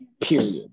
period